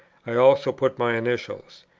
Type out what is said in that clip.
i also put my initials.